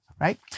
right